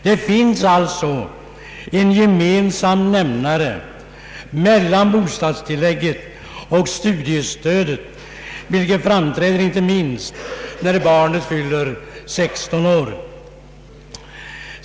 Det finns alltså en gemensam nämnare mellan bostadstillägget och studiestödet, vilket framträder inte minst när barnet fyllt 16 år.